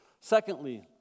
Secondly